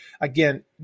Again